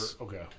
Okay